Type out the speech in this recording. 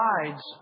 provides